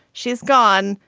she's gone.